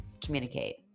communicate